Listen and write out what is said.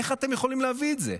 איך אתם יכולים להביא את זה?